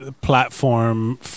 platform